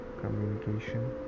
communication